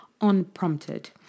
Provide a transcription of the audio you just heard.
unprompted